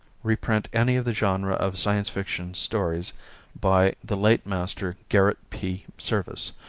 reprint any of the genre of science fiction, stories by the late master garret p. serviss,